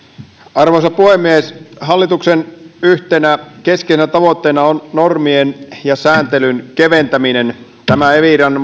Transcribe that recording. arvoisa puhemies hallituksen yhtenä keskeisenä tavoitteena on normien ja sääntelyn keventäminen tämä eviran